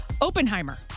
Oppenheimer